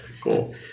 Cool